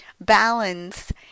balance